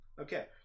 okay